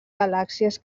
galàxies